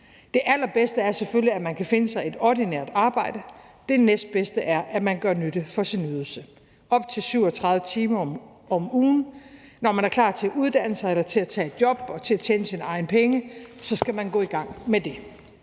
Det allerbedste er selvfølgelig, at man kan finde sig et ordinært arbejde, og det næstbedste er, at man gør nytte for sin ydelse. Det drejer sig om op til 37 timer om ugen, og når man er klar til at uddanne sig eller til at tage et job og tjene sine egne penge, skal man gå i gang med det.